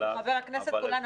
חבר הכנסת גולן,